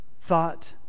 thought